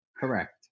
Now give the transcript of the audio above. Correct